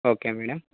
okay madam